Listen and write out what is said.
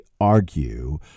argue